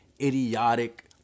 idiotic